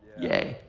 yay.